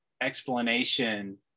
explanation